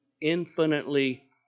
infinitely